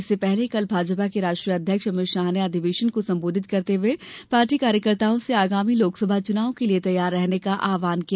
इससे पहले कल भाजपा के राष्ट्रीय अध्यक्ष अमित शाह ने अधिवेशन को संबोधित करते हुए पार्टी कार्यकर्ताओं से आगामी लोकसभा चुनाव के लिए तैयार रहने का आह्वान किया